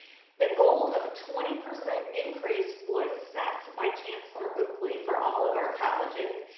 the goal of twenty percent increase was set by chancellor oakley for all of our colleges.